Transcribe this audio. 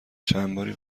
چندباری